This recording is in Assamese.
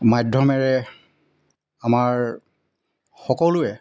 মাধ্যমেৰে আমাৰ সকলোৱে